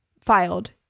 filed